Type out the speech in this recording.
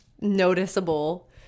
noticeable